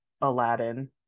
aladdin